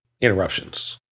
interruptions